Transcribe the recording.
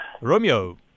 Romeo